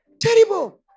Terrible